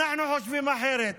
אנחנו חושבים אחרת.